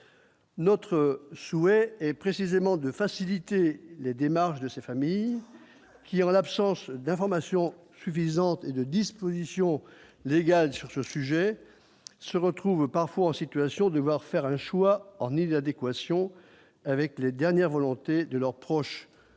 Notre souhait est précisément de faciliter les démarches de ces familles qui, en l'absence d'informations suffisantes et 2 dispositions légales sur ce sujet se retrouvent parfois en situation de vouloir faire un choix en inadéquation avec les dernières volontés de leurs proches